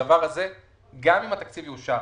גם אם התקציב ל-2020 יאושר,